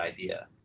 idea